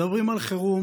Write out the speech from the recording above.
מדברים על חירום,